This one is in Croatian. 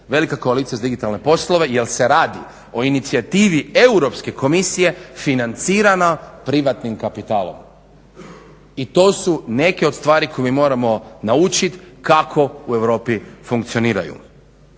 velika koalicija za digitalne poslove jer se radi o inicijativi Europske komisije financirano privatnim kapitalom. I to su neke od stvari koje mi moramo naučiti kako u Europi funkcioniraju.